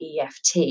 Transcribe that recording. EFT